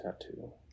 tattoo